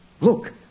Look